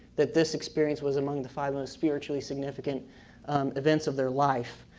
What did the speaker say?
that this experience was among the five most spiritually significant events of their life.